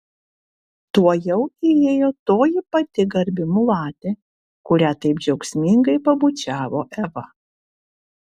tuojau įėjo toji pati garbi mulatė kurią taip džiaugsmingai pabučiavo eva